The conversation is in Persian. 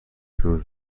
روز